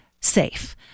safe